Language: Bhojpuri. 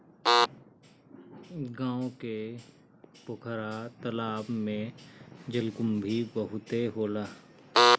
गांव के पोखरा तालाब में जलकुंभी बहुते होला